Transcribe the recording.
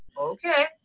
okay